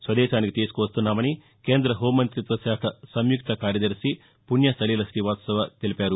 స్వదేశానికి తీసుకువస్తున్నామని కేంద్ర హోం మంతిత్వ శాఖ సంయుక్త కార్యదర్శి పుణ్యసలీల గ్రశీవాత్సవ తెలిపారు